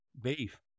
beef